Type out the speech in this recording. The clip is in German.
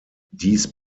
dies